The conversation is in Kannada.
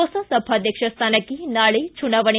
ಹೊಸ ಸಭಾಧ್ಯಕ್ಷ ಸ್ಥಾನಕ್ಕೆ ನಾಳೆ ಚುನಾವಣೆ